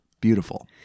beautiful